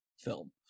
film